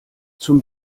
zum